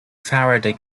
faraday